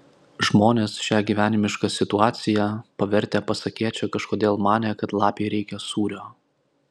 žmonės šią gyvenimišką situaciją pavertę pasakėčia kažkodėl manė kad lapei reikia sūrio